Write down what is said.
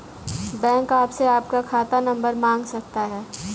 bank आपसे आपका खाता नंबर मांग सकता है